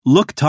Look